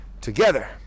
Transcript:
Together